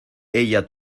ella